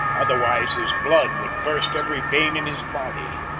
otherwise his blood would burst every vein in his body.